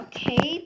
Okay